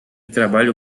trabalho